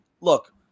look